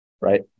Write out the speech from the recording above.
Right